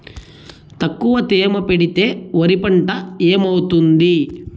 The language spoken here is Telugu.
తక్కువ తేమ పెడితే వరి పంట ఏమవుతుంది